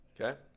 Okay